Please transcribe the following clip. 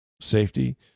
safety